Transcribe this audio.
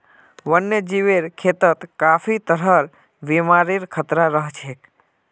वन्यजीवेर खेतत काफी तरहर बीमारिर खतरा रह छेक